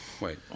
Wait